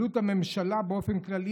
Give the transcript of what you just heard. עלות הממשלה באופן כללי,